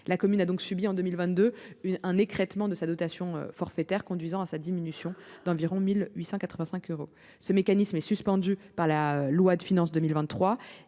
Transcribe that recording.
Elle a donc subi un écrêtement de sa dotation forfaitaire conduisant à sa diminution d'environ 1 885 euros. Ce mécanisme est suspendu par la loi de finances pour